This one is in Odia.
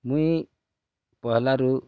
ମୁଇଁ ପହେଲାରୁ